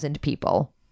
people